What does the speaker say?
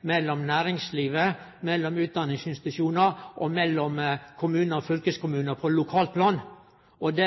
mellom næringsliv, utdanningsinstitusjonar og kommunar og fylkeskommunar på lokalplan. Eg